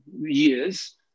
years